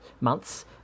months